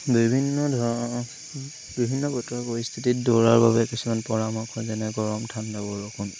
বিভিন্ন ধৰ বিভিন্ন বতৰ পৰিস্থিতিত দৌৰাৰ বাবে কিছুমান পৰামৰ্শ যেনে গৰম ঠাণ্ডা বৰষুণ